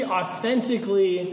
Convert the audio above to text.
authentically